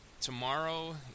tomorrow